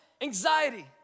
anxiety